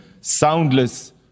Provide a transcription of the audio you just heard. soundless